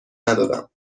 ندادم